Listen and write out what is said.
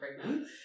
pregnant